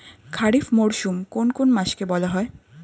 খারিফ মরশুম কোন কোন মাসকে বলা হয়?